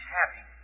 happy